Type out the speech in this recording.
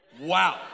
Wow